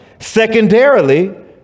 secondarily